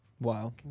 Wow